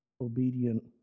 Obedient